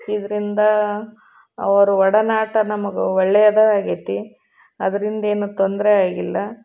ಇದರಿಂದ ಅವರ ಒಡನಾಟ ನಮಗೆ ಒಳ್ಳೆದೇ ಆಗೈತಿ ಅದ್ರಿಂದ ಏನೂ ತೊಂದರೆ ಆಗಿಲ್ಲ